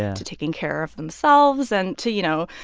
to taking care of themselves and to, you know,